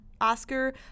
Oscar